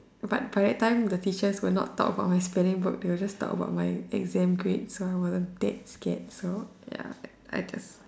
but by that time the teachers will not talk about my spelling book they will just talk about my exam grades so I wasn't that scared so ya I just